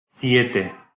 siete